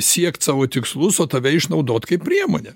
siekt savo tikslus o tave išnaudot kaip priemonę